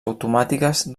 automàtiques